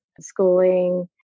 schooling